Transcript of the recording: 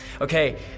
Okay